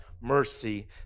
mercy